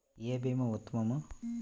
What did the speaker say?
ఏ భీమా ఉత్తమము?